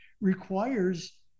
requires